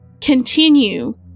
continue